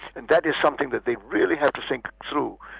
and that is something that they really have to think through.